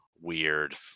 weird